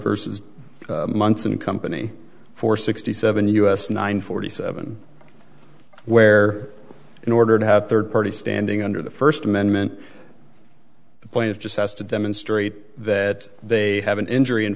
versus months in company for sixty seven us nine forty seven where in order to have third party standing under the first amendment the point of just has to demonstrate that they have an injury in